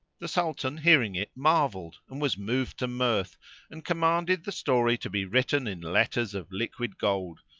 the sultan hearing it marvelled and was moved to mirth and commanded the story to be written in letters of liquid gold,